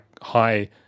high